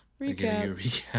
Recap